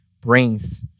brings